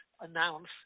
announce